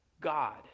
God